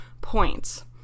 points